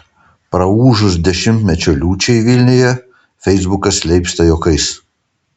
praūžus dešimtmečio liūčiai vilniuje feisbukas leipsta juokais